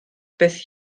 beth